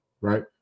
right